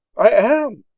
i am.